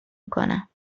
میکنم